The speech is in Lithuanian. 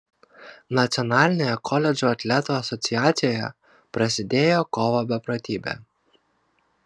nacionalinėje koledžų atletų asociacijoje prasidėjo kovo beprotybė